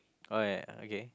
oh ya okay